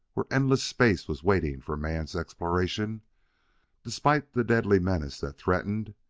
where endless space was waiting for man's exploration despite the deadly menace that threatened,